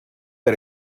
had